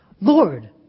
Lord